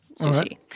Sushi